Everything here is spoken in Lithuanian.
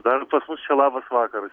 dar pas mus čia labas vakaras